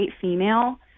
female